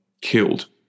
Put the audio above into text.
killed